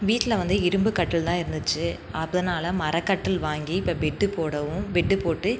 வீட்டில் வந்து இரும்புக் கட்டில் தான் இருந்துச்சு அதனால் மரக்கட்டில் வாங்கி இப்போ பெட் போடவும் பெட் போட்டு